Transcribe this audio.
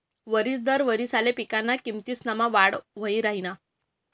वरिस दर वारिसले पिकना किमतीसमा वाढ वही राहिनी